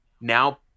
now